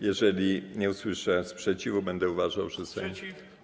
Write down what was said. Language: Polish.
Jeżeli nie usłyszę sprzeciwu, będę uważał, że Sejm... Sprzeciw.